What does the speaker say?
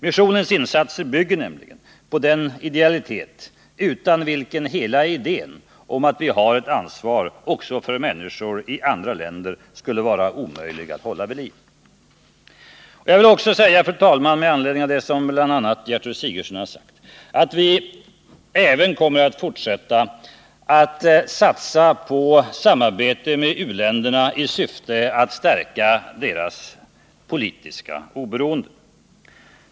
Missionens insatser bygger på den idealitet utan vilken hela idén om att vi har ett ansvar också för människor i andra länder skulle vara omöjlig att hålla vid liv. Fru talman! Jag vill också, med anledning av Gertrud Sigurdsens inlägg säga att vi även kommer att fortsätta att satsa på att samarbetet med u-länderna skall stärka deras politiska oberoende.